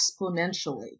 exponentially